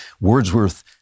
Wordsworth